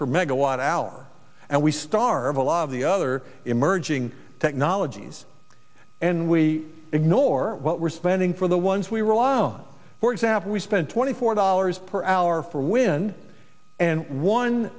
per megawatt hour and we starve a lot of the other emerging technologies and we ignore what we're spending for the ones we rely on for example we spend twenty four dollars per hour for wind and one